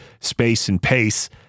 space-and-pace